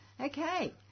Okay